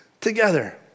together